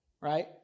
right